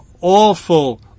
awful